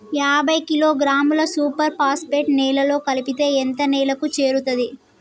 యాభై కిలోగ్రాముల super phosphate నేలలో కలిపితే ఎంత నేలకు చేరుతది?